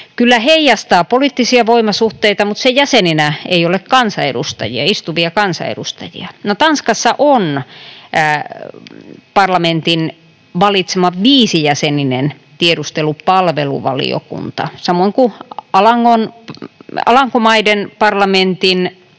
kyllä heijastaa poliittisia voimasuhteita mutta jonka jäseninä ei ole istuvia kansanedustajia. No, Tanskassa on parlamentin valitsema viisijäseninen tiedustelupalveluvaliokunta samoin kuin Alankomaissa, jonka